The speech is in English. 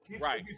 Right